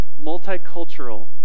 Multicultural